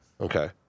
Okay